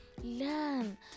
learn